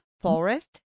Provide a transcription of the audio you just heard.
forest